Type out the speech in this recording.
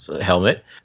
helmet